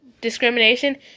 discrimination